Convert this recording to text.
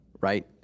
Right